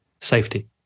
safety